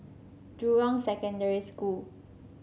Jurong Secondary School